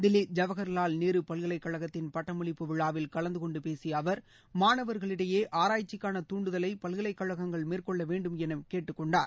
தில்லி ஜவஹர்வால் நேரு பல்கலைக்கழகத்தின் பட்டமளிப்பு விழாவில் கலந்துகொண்டு பேசிய அவர் மாணவர்களிடையே ஆரய்ச்சிக்கான தூண்டுதலை பல்கலைக்கழகங்கள் மேற்கொள்ள வேண்டும் என கேட்டுக்கொண்டார்